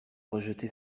rejeté